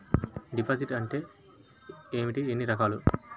Deposit అంటే ఏమిటీ ఎన్ని రకాలు?